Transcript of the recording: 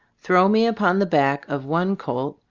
throw me upon the back of one colt,